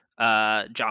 John